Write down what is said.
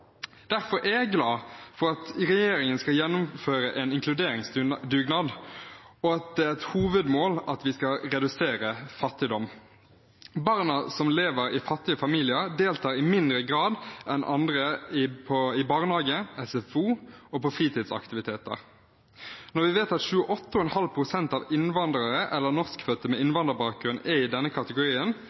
Derfor er jeg glad for at regjeringen skal gjennomføre en inkluderingsdugnad, og at det er et hovedmål at vi skal redusere fattigdommen. Barn som lever i fattige familier, deltar i mindre grad enn andre i barnehage, SFO og på fritidsaktiviteter. Når vi vet at 28,5 pst. av innvandrerne eller norskfødte med innvandrerbakgrunn er i denne kategorien,